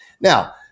Now